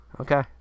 okay